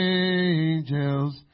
angels